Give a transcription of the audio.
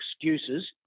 excuses